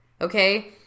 okay